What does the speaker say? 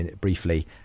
briefly